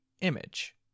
image